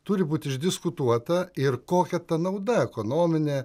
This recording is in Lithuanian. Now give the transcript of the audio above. turi būt išdiskutuota ir kokia ta nauda ekonominė